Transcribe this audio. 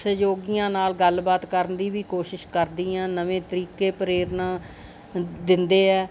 ਸਹਿਯੋਗੀਆਂ ਨਾਲ ਗੱਲਬਾਤ ਕਰਨ ਦੀ ਵੀ ਕੋਸ਼ਿਸ਼ ਕਰਦੀ ਹਾਂ ਨਵੇਂ ਤਰੀਕੇ ਪ੍ਰੇਰਨਾ ਦਿੰਦੇ ਹੈ